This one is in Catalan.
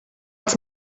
els